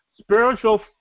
spiritual